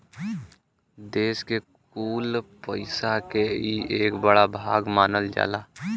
देस के कुल पइसा के ई एक बड़ा भाग मानल जाला